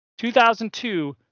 2002